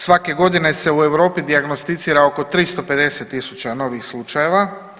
Svake godine se u Europi dijagnosticira oko 35.000 novih slučajeva.